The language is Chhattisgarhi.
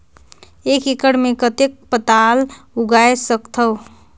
एक एकड़ मे कतेक पताल उगाय सकथव?